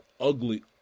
ugly